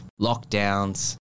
lockdowns